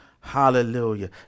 hallelujah